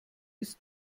ist